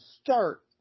start